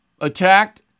attacked